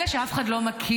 אלה שאף אחד לא מכיר,